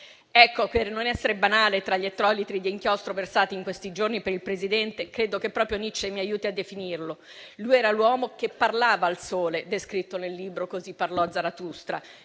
Ecco, per non essere banale tra gli ettolitri di inchiostro versati in questi giorni per il Presidente, credo che proprio Nietzsche mi aiuti a definirlo: lui era l'uomo che parlava al sole, descritto nel libro «Così parlò Zarathustra»,